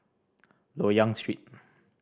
Loyang Street